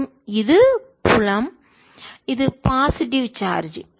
மற்றும்இது புலம் இது பாசிட்டிவ் நேர்மறை சார்ஜ்